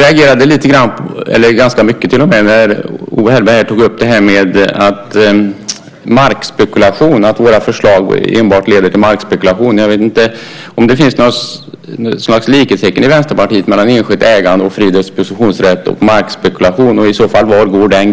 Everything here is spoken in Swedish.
reagerade när Owe Hellberg tog upp att våra förslag enbart leder till markspekulation. Jag vet inte om det finns något slags likhetstecken i Vänsterpartiet mellan å ena sidan enskilt ägande och fri dispositionsrätt och å andra sidan markspekulation.